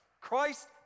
Christ